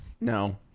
No